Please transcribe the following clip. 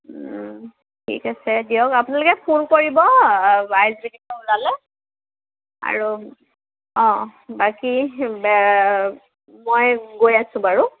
ঠিক আছে দিয়ক আপোনালোকে ফোন কৰিব আই এচ বি ডিৰপৰা ওলালে আৰু অঁ বাকী বে মই গৈ আছো বাৰু